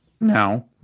No